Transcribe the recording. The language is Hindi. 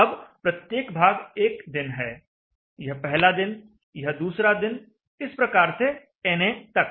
अब प्रत्येक भाग एक दिन है यह पहला दिन यह दूसरा दिन इस प्रकार से na तक